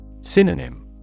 Synonym